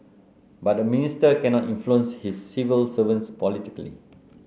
but a minister cannot influence his civil servants politically